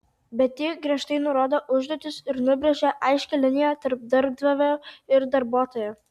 bet ji griežtai nurodo užduotis ir nubrėžia aiškią liniją tarp darbdavio ir darbuotojo